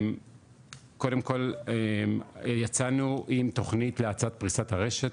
קודם כל יצאנו עם תוכנית להאצת פריסת הרשת,